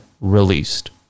released